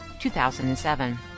2007